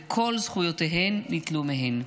וכל זכויותיהן ניטלו מהן.